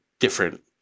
different